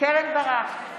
קרן ברק,